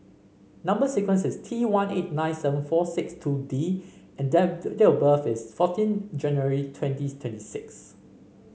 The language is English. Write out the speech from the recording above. number sequence is T one eight nine seven four six two D and date of birth is fourteen January twenty twenty six